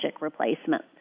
replacement